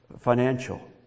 financial